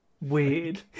weird